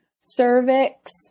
cervix